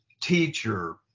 teacher